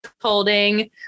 holding